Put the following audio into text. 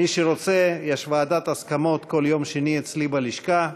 מי שרוצה, יש ועדת הסכמות כל יום שני אצלי בלשכה.